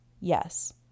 Yes